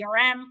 CRM